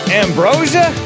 ambrosia